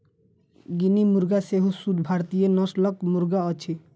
guinea मुर्गा सेहो शुद्ध भारतीय नस्लक मुर्गा अछि